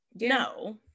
no